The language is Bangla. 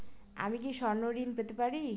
আমি কি স্বর্ণ ঋণ পেতে পারি?